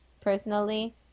personally